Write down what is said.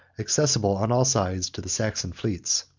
accessible on all sides to the saxon fleets.